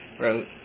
Wrote